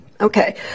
Okay